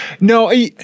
No